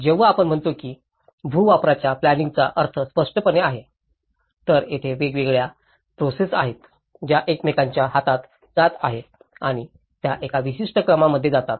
जेव्हा आपण म्हणतो की भू वापराच्या प्लॅनिंइंगाचा अर्थ स्पष्टपणे आहे तर तेथे वेगवेगळ्या प्रोसेस आहेत ज्या एकमेकांच्या हातात जात आहेत आणि त्या एका विशिष्ट क्रमामध्ये जातात